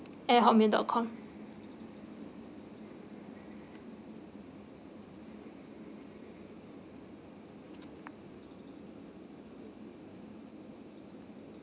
at hot mail dot com